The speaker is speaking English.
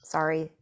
Sorry